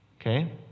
Okay